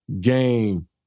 game